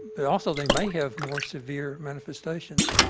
but also they might have more severe manifestations.